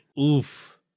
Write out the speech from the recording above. Oof